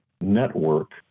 Network